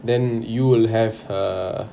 then you will have a